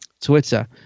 Twitter